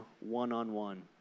one-on-one